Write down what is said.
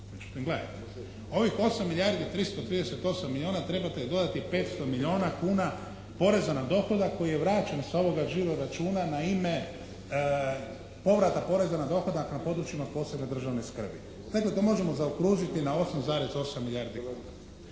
338 milijuna trebate dodati 500 milijuna kuna poreza na dohodak koji je vraćen sa ovoga žiro računa na ime povrata poreza na dohodak na područjima posebne državne skrbi. Dakle, to možemo zaokružiti na 8,8 milijardi